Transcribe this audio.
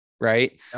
right